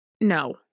no